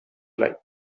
lie